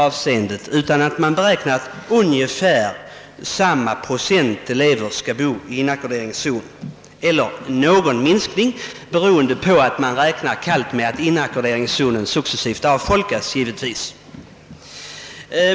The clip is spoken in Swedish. Man räknar alltså med att ungefär samma procent elever skall bo i inackorderingszon eller att antalet skall minskas endast något, beroende på att man kallt räknar med att inackorderingszonen successivt avfolkas.